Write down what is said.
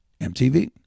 mtv